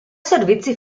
servizi